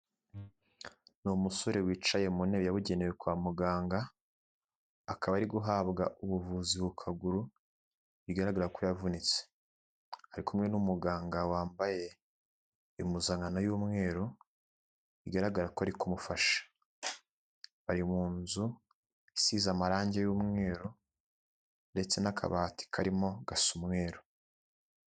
Ni umusore wicaye mu ntebe yabugenewe kwa muganga akaba ari guhabwa ubuvuzi ku kaguru bigaragara ko yavunitse, ari kumwe n'umuganga wambaye impuzankano y'umweru bigaragara ko ari kumufasha, bari mu nzu isize amarangi y'umweru ndetse n'akabati karimo gasa umweru.